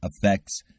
affects